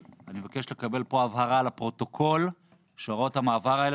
אני מבקש לקבל פה הבהרה לפרוטוקול שהוראות המעבר האלה